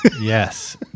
Yes